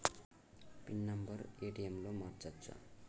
Pin number ATM లో మార్చచ్చా?